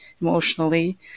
emotionally